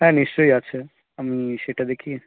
হ্যাঁ নিশ্চয়ই আছে আমি সেটা দেখি